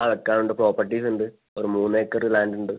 ആ account properties ഉണ്ട് ഒരു മൂന്ന് ഏക്കർ ലാൻഡ് ഉണ്ട്